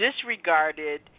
disregarded